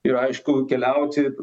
ir aišku keliauti